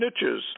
snitches